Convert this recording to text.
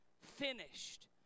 finished